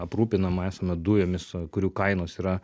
aprūpinam esame dujomis kurių kainos yra